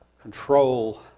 control